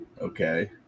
Okay